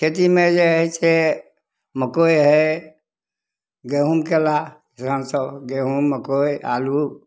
खेतीमे जे हइ से मकइ हइ गहूम कएलाह धिआनसे गहूम मकइ आलू